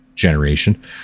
generation